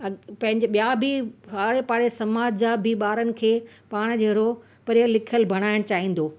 पंहिंजा ॿिया बि आड़े पाड़े समाज जा बि ॿारनि खे पाणि जहिड़ो पढ़ियल लिखियल बणाइण चाहींदो